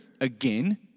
again